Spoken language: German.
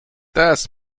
das